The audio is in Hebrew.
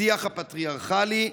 השיח הפטריארכלי,